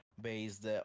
based